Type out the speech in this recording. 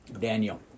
Daniel